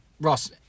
Ross